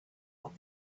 what